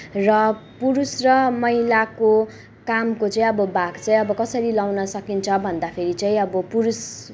र पुरुष र महिलाको कामको चाहिँ अब भाग चाहिँ अब कसरी लगाउन सकिन्छ भन्दाखेरि चाहिँ अब पुरुष